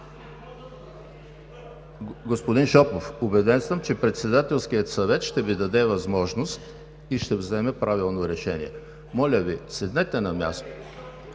Господин Шопов, убеден съм, че Председателският съвет ще Ви даде възможност и ще вземе правилно решение. Моля Ви, седнете на мястото